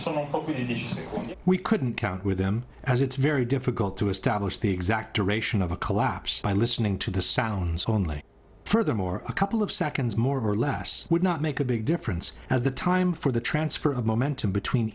that we couldn't count with them as it's very difficult to establish the exact a ration of a collapse by listening to the sounds only furthermore a couple of seconds more or less would not make a big difference as the time for the transfer of momentum between